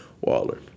Waller